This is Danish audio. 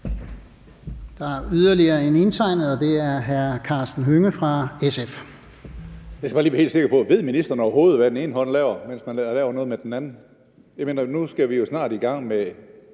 Der er yderligere en indtegnet, og det er hr. Karsten Hønge fra SF.